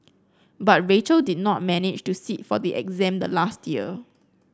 but Rachel did not manage to sit for the exam the last year